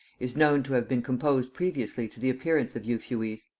is known to have been composed previously to the appearance of euphues.